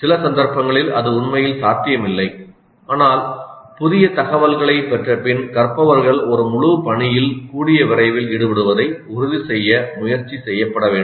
சில சந்தர்ப்பங்களில் அது உண்மையில் சாத்தியமில்லை ஆனால் புதிய தகவல்களைப் பெற்றபின் கற்பவர்கள் ஒரு முழு பணியில் கூடிய விரைவில் ஈடுபடுவதை உறுதிசெய்ய முயற்சி செய்யப்பட வேண்டும்